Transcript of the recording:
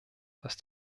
dass